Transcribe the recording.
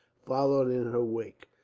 followed in her wake.